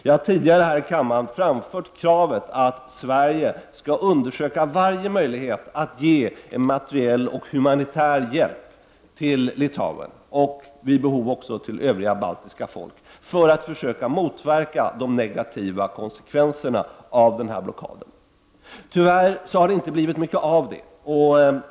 Jag har tidigare här i kammaren framfört kravet att Sverige skall undersöka varje möjlighet att ge en materiell och humanitär hjälp till Litauen och vid behov också till övriga baltiska folk, för att försöka motverka de negativa konsekvenserna av blockaden. Tyvärr har det inte blivit mycket av det.